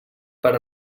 per